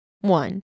One